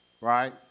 right